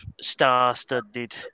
star-studded